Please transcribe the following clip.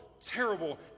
terrible